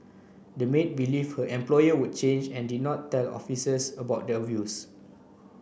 the maid believed her employer would change and did not tell officers about the abuse